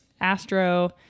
Astro